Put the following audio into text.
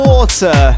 Water